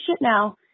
now